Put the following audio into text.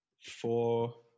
four